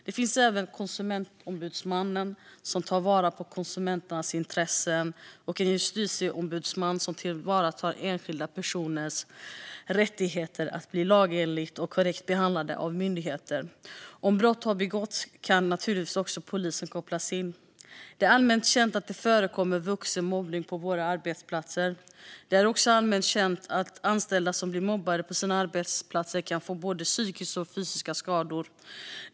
Det finns även Konsumentombudsmannen som tar vara på konsumenternas intressen och Justitieombudsmannen som tillvaratar enskilda personers rättigheter att bli lagenligt och korrekt behandlade av myndigheter. Om brott har begåtts kan naturligtvis också polisen kopplas in. Det är allmänt känt att det förekommer vuxenmobbning på våra arbetsplatser. Det är också allmänt känt att anställda som blir mobbade på sina arbetsplatser kan få både psykiska och fysiska skador.